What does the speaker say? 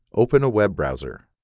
open a web browser.